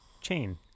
chain